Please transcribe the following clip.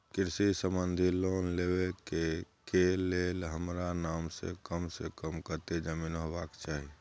कृषि संबंधी लोन लेबै के के लेल हमरा नाम से कम से कम कत्ते जमीन होबाक चाही?